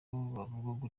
bavuga